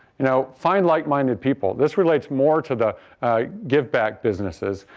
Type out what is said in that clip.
you know find like-minded people. this relates more to the giveback businesses.